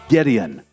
Gideon